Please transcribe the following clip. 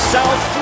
South